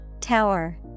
Tower